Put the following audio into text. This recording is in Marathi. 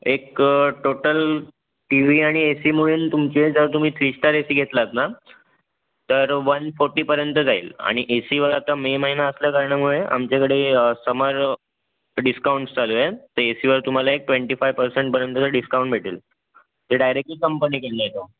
एक टोटल टी व्ही आणि ए सी मिळून तुमचे जर तुम्ही थ्री स्टार ए सी घेतलात ना तर वन फोर्टी पर्यंत जाईल आणि ए सीवर आता मे महिना असल्या कारणामुळे आमच्याकडे समर डिस्काउंटस चालू आहेत तर ए सीवर तुम्हाला एक ट्वेंटी फाइव पर्सेंटपर्यंतचा डिस्काउंट भेटेल ते डायरेक्टली कंपनीकडून येतं